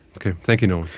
okay, thank you know